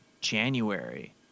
January